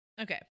Okay